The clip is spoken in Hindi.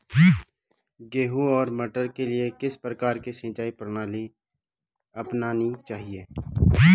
गेहूँ और मटर के लिए किस प्रकार की सिंचाई प्रणाली अपनानी चाहिये?